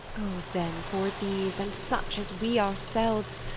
o, then, for these, and such as we ourselves,